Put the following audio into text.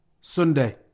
Sunday